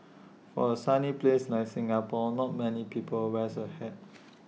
for A sunny place like Singapore not many people wears A hat